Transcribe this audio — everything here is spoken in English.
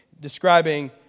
describing